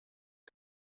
بود